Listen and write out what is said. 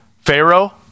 Pharaoh